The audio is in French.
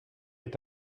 est